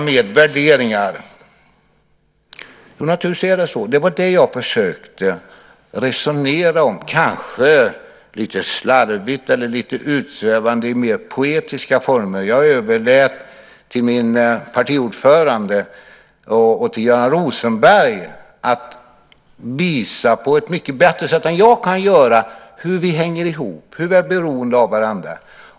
Jag försökte resonera om detta med värderingar, kanske lite slarvigt eller lite utsvävande i mer poetiska former. Jag överlät till min partiordförande och till Göran Rosenberg att visa på ett mycket bättre sätt än jag kan göra hur vi hänger ihop, hur vi är beroende av varandra.